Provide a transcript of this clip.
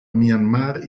myanmar